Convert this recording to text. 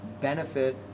benefit